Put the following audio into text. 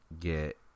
get